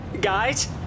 Guys